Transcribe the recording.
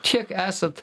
čia esat